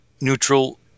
neutral